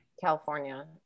California